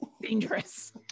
dangerous